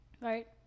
Right